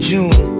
June